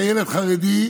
אתה ילד חרדי?